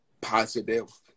positive